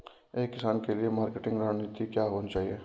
एक किसान के लिए मार्केटिंग रणनीति क्या होनी चाहिए?